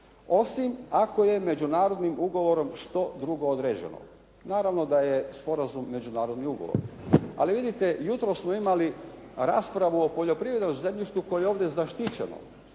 osim ako je međunarodnim ugovorom što drugo određeno. Naravno da je sporazum međunarodni ugovor, ali vidite jutros smo imali raspravu o poljoprivrednom zemljištu koje je ovdje zaštićeno.